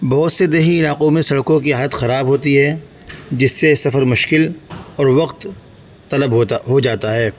بہت سے دیہی علاقوں میں سڑکوں کی حالت خراب ہوتی ہے جس سے سفر مشکل اور وقت طلب ہوتا ہو جاتا ہے